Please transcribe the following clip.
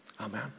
Amen